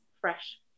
fresh